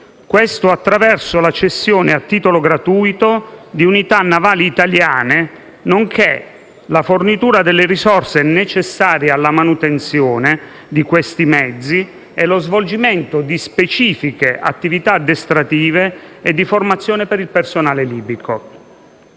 libico, attraverso la cessione a titolo gratuito di unità navali italiane, nonché la fornitura delle risorse necessarie alla manutenzione di questi mezzi e lo svolgimento di specifiche attività addestrative e di formazione per il personale libico.